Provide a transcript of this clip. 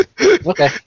okay